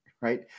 Right